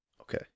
okay